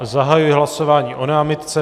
Zahajuji hlasování o námitce.